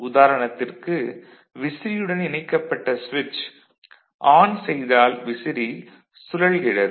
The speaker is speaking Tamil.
உதாரணத்திற்கு விசிறியுடன் இணைக்கப்பட்ட சுவிட்ச் - ஆன் செய்தால் விசிறி சுழல்கிறது